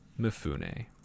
Mifune